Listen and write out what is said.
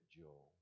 Joel